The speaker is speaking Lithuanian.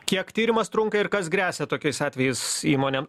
kiek tyrimas trunka ir kas gresia tokiais atvejais įmonėm